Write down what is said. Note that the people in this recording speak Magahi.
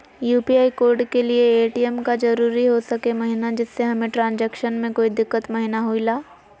यू.पी.आई कोड के लिए ए.टी.एम का जरूरी हो सके महिना जिससे हमें ट्रांजैक्शन में कोई दिक्कत महिना हुई ला?